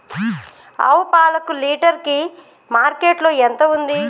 ఆవు పాలకు లీటర్ కి మార్కెట్ లో ఎంత ఉంది?